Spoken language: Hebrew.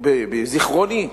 ובזיכרוני הפסוק: